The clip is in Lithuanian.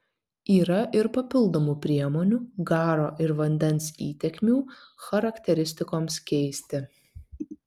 yra ir papildomų priemonių garo ir vandens įtekmių charakteristikoms keisti